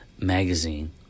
magazine